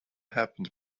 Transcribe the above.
happened